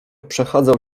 przechadzał